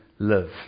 Live